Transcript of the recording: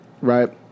right